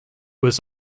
was